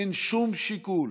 אין שום שיקול,